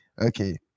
Okay